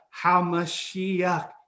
HaMashiach